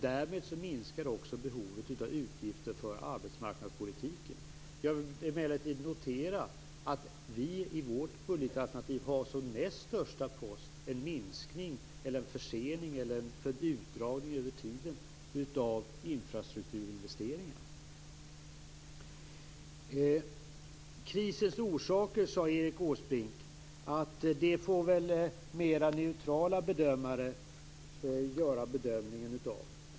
Därmed minskar också behovet av utgifter för arbetsmarknadspolitiken. Jag vill emellertid notera att vi i vårt budgetalternativ som näst största post har en minskning, försening eller spridning över tiden av infrastrukturinvesteringar. Krisens orsaker, sade Erik Åsbrink, får väl mer neutrala bedömare göra en bedömning av.